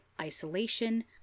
isolation